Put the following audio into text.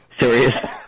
serious